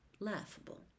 laughable